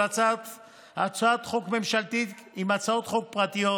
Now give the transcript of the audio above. הצעת חוק ממשלתית עם הצעות חוק פרטיות